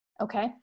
Okay